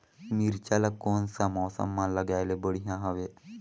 मिरचा ला कोन सा मौसम मां लगाय ले बढ़िया हवे